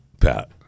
Pat